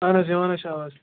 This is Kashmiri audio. اَہن حظ یِوان حظ چھِ آواز